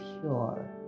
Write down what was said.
pure